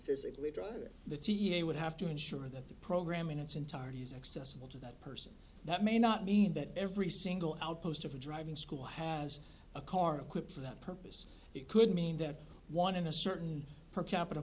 physically drive the t e a would have to ensure that the program in its entirety is accessible to that person that may not mean that every single outpost of a driving school has a car equipped for that purpose it could mean that one in a certain per capita